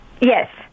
Yes